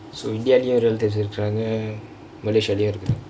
so india relatives இருக்காங்க:irukaangka malaysia இருக்காங்க:irukaangka